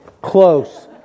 Close